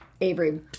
Avery